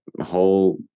whole